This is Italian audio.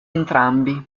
entrambi